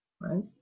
right